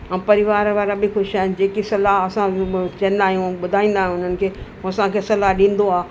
ऐं परिवार वारा बि ख़ुशि आहिनि जेकी सलाह असां चवंदा आहियूं ॿुधाईंदा आहियूं उन्हनि खे हो असांखे सलाह ॾींदो आहे